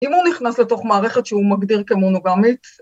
‫אם הוא נכנס לתוך מערכת ‫שהוא מגדיר כמונוגמית...